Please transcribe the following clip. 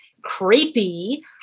creepy